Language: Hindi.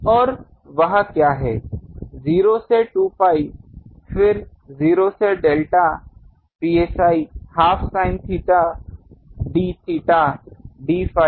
और वह क्या है 0 से 2 pi फिर 0 से डेल्टा psi हाफ sin थीटा d थीटा d phi